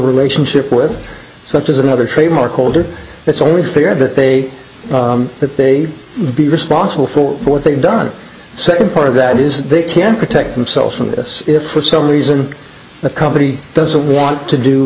relationship with such as another trademark holder it's only fair that they that they be responsible for what they've done second part of that is that they can protect themselves from this if for some reason the company doesn't want to do